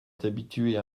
t’habituer